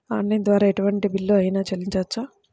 Online ద్వారా ఎటువంటి bill అయినా చెల్లించవచ్చా?